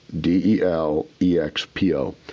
D-E-L-E-X-P-O